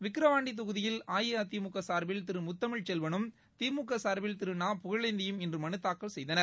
விக்ரவாண்டி தொகுதியில் அஇஅதிமுக சார்பில் திரு முத்தமிழ் செல்வனும் திமுக சார்பில் திரு நா புகழேந்தியும் இன்று மனு தாக்கல் செய்தனர்